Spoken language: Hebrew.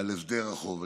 על הסדר החוב.